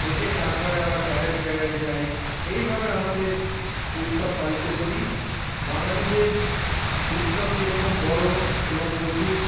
থেকে তারপরে আবার আরেক জায়গায় যাই এইভাবে আমাদের উৎসব পালন করি বাঙালিদের উৎসব যেরকম বড়োএবং প্রচুর